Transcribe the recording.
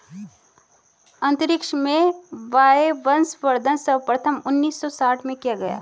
अंतरिक्ष में वायवसंवर्धन सर्वप्रथम उन्नीस सौ साठ में किया गया